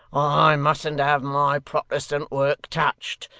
i mustn't have my protestant work touched,